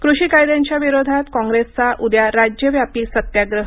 कृषी कायद्यांच्या विरोधात कॉंग्रेसचा उद्या राज्यव्यापी सत्याग्रह